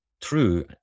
true